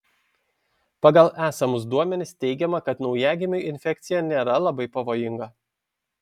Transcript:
pagal esamus duomenis teigiama kad naujagimiui infekcija nėra labai pavojinga